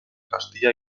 castilla